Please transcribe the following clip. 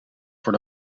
voor